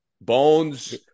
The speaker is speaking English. Bones